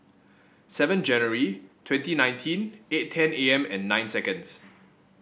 seven January twenty nineteen eight ten A M and nine seconds